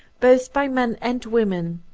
both by men and women.